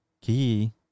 key